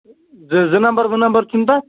زٕ زٕ نمبر وٕنمبر چھُنہٕ تَتھ